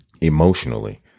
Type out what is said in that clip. emotionally